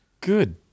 good